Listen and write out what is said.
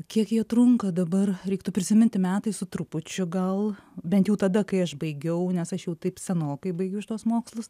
kiek jie trunka dabar reiktų prisiminti metai su trupučiu gal bent jau tada kai aš baigiau nes aš jau taip senokai baigiau šituos mokslus